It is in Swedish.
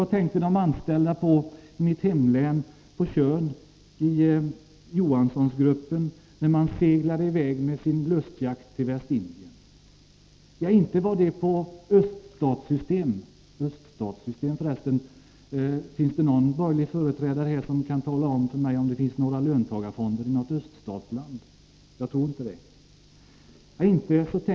Vad tänkte de anställda på Tjörn, i mitt hemlän, om Johanssongruppen, som seglade iväg med sin lustjakt till Västindien? — inte var det på öststatssystem. Finns det för resten någon borgerlig företrädare här som kan tala om för mig om det finns löntagarfonder i något öststatsland? Jag tror inte det.